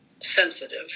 sensitive